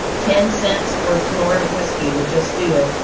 ten cents worth more of whiskey would just do it,